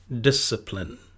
discipline